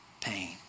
pain